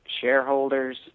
shareholders